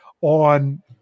on